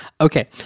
Okay